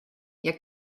jak